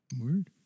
Word